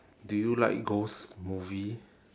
do you like ghost movie